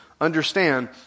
understand